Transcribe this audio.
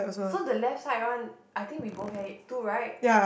so the left side one I think we both had it two right